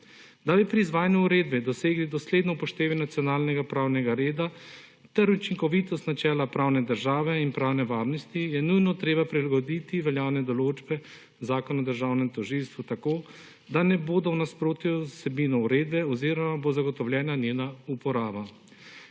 Da bi pri izvajanju uredbe dosegli dosledno upoštevanje nacionalnega pravnega reda ter učinkovitost načela pravne države in pravne varnosti, je nujno treba prilagoditi veljavne določbe Zakona o državnem tožilstvu tako, da ne bodo v nasprotju z vsebino uredbe oziroma bo zagotovljena njena uporaba.